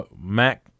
Mac